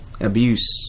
Abuse